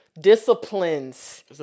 disciplines